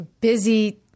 busy